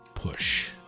push